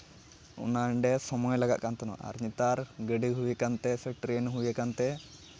ᱱᱚᱸᱰᱮ ᱥᱚᱢᱚᱭ ᱞᱟᱜᱟᱜ ᱠᱟᱱ ᱛᱟᱦᱮᱱᱟ ᱟᱨ ᱱᱮᱛᱟᱨ ᱜᱟᱹᱰᱤ ᱦᱩᱭ ᱠᱟᱱᱛᱮ ᱴᱨᱮᱱ ᱦᱩᱭ ᱠᱟᱱᱛᱮ